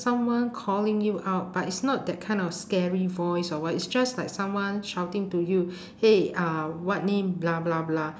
someone calling you out but it's not that kind of scary voice or what is just like someone shouting to you hey uh what name